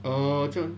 orh 这样